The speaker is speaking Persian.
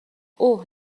اوه